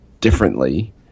differently